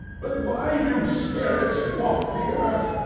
but why do spirits walk the earth,